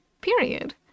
Period